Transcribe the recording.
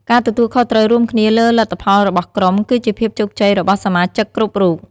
ការទទួលខុសត្រូវរួមគ្នាលើលទ្ធផលរបស់ក្រុម គឺជាភាពជោគជ័យរបស់សមាជិកគ្រប់រូប។